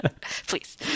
Please